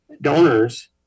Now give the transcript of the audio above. donors